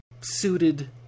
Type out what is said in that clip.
suited